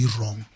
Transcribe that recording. wrong